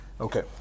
Okay